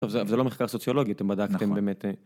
זה לא מחקר סוציולוגי, אתם בדקתם באמת.